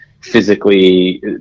physically